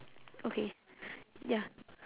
okay ya